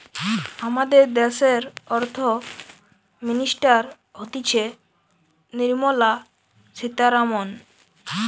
আমাদের দ্যাশের অর্থ মিনিস্টার হতিছে নির্মলা সীতারামন